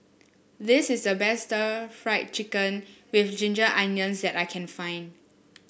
this is the best stir Fry Chicken with Ginger Onions that I can find